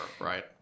right